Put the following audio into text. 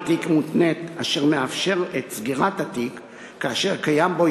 תיק מותנית אשר מאפשר את סגירת התיק כאשר קיים בו